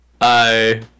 I-